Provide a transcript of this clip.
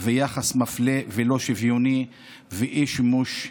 וביחס מפלה ולא שוויוני ואת האי-שימוש באלימות.